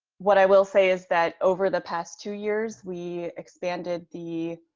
what i will say is that over the past two years, we expanded the